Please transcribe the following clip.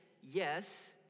yes